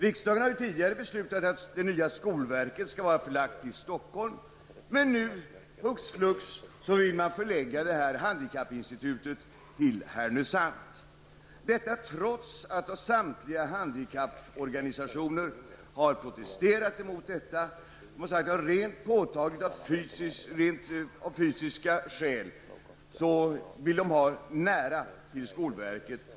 Riksdagen har tidigare beslutat att det nya skolverket skall vara förlagt till Stockholm, men nu -- hux flux -- vill man förlägga handikappinstitutet till Härnösand, och detta trots att samtliga handikapporganisationer har protesterat. Av rent fysiska skäl vill de ha nära till skolverket.